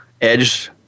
edge